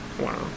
Wow